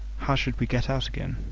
how should we get out again?